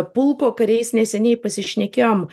pulko kariais neseniai pasišnekėjom